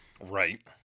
Right